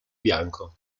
bianco